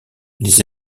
les